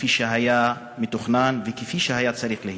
כפי שהיה מתוכנן וכפי שהיה צריך להיות.